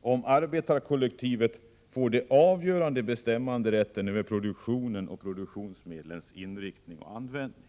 om arbetarkollektivet får den avgörande bestämmanderätten över produktionen och produktionsmedlens inriktning och användning.